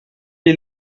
est